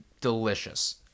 delicious